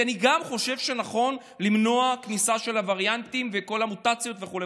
כי גם אני חושב שנכון למנוע כניסה של הווריאנטים וכל המוטציות וכו',